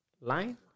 line